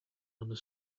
under